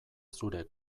zure